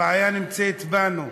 הבעיה נמצאת בנו.